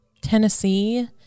Tennessee